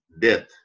death